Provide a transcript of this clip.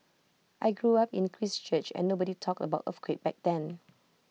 I grew up in Christchurch and nobody talked about earthquake back then